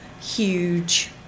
huge